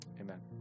Amen